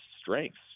strengths